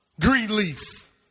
Greenleaf